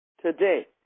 today